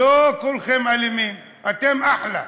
לא כולכם אלימים, אתם אחלה,